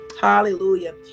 Hallelujah